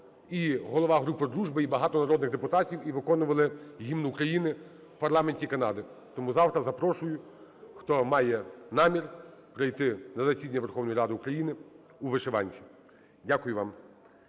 голова групи дружби, і багато народних депутатів і виконували Гімн України в парламенті Канади. Тому завтра запрошую, хто має намір, прийти на засідання Верховної Ради України у вишиванці. Дякую вам.